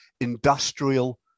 industrial